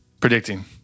Predicting